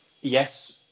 yes